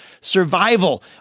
survival